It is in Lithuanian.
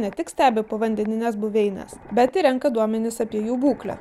ne tik stebi povandenines buveines bet ir renka duomenis apie jų būklę